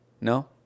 No